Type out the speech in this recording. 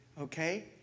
Okay